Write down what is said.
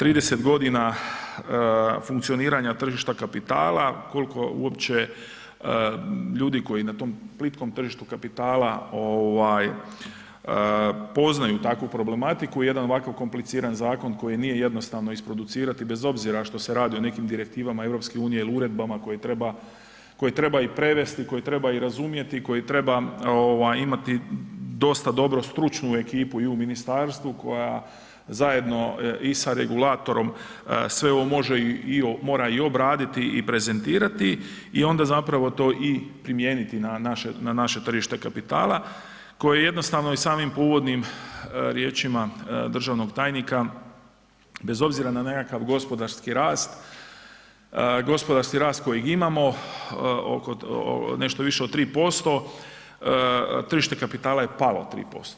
30 godina funkcioniranja tržišta kapitala koliko uopće ljudi koji na tom plitkom tržištu kapitala poznaju takvu problematiku, jedan ovakav kompliciran zakon koji nije jednostavno isproducirati bez obzira što se radi o nekim direktivama EU ili uredbama koje treba i prevesti, koje treba i razumjeti, koje treba ovaj imati dosta dobru stručnu ekipu i ministarstvu koja zajedno i sa regulatorom sve ovo može i mora i obraditi i prezentirati i onda zapravo to i primijeniti na naše tržište kapitala koje jednostavno i samim uvodnim riječima državnog tajnika bez obzira na nekakav gospodarski rast, gospodarski rast kojeg imamo oko nešto više od 3%, tržište kapitala je palo 3%